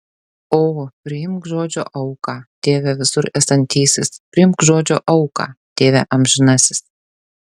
o priimk žodžio auką tėve visur esantysis priimk žodžio auką tėve amžinasis